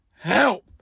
help